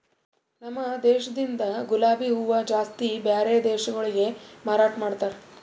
ನಮ ದೇಶದಿಂದ್ ಗುಲಾಬಿ ಹೂವ ಜಾಸ್ತಿ ಬ್ಯಾರೆ ದೇಶಗೊಳಿಗೆ ಮಾರಾಟ ಮಾಡ್ತಾರ್